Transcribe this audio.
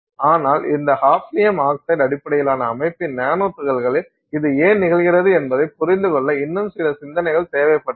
ஆனால் இந்த hafnium oxide அடிப்படையிலான அமைப்பின் நானோ துகள்களில் இது ஏன் நிகழ்கிறது என்பதைப் புரிந்துகொள்ள இன்னும் சில சிந்தனைகள் தேவைப்பட்டன